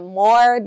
more